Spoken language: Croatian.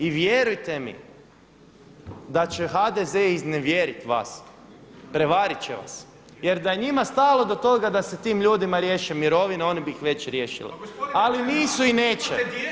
I vjerujte mi da će HDZ iznevjeriti vas, prevarit će vas jer da je njima stalo do toga da se tim ljudima riješe mirovine, oni bi ih već riješili, ali nisu i neće.